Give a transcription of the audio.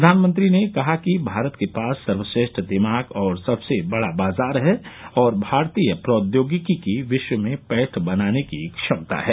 प्रधानमंत्री ने कहा कि भारत के पास सर्वश्रेष्ठ दिमाग और सबसे बड़ा बाजार है और भारतीय प्रौद्योगिकी की विश्व में पैठ बनाने की क्षमता है